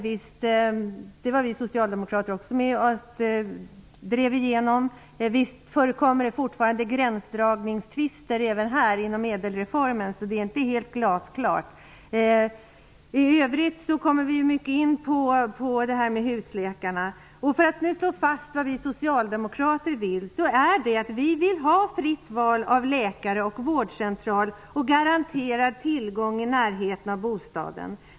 Visst var vi socialdemokrater med om att driva igenom ÄDEL-reformen. Och visst förekommer det fortfarande gränsdragningstvister också inom ÄDEL-reformens ram. Det här är alltså inte helt glasklart. I övrigt kommer vi mycket in på det här med husläkarna. Vi socialdemokrater vill ha fritt val av läkare och vårdcentral. Dessutom vill vi ha garanterad tillgång i närheten av bostaden.